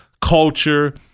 culture